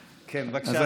כן, בבקשה, אדוני.